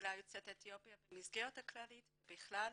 קהילת יוצאי אתיופיה במסגרת קופת חולים כללית ובכלל.